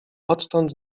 odtąd